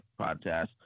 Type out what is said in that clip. podcast